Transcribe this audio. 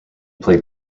played